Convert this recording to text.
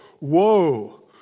woe